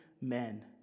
men